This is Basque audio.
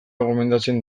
gomendatzen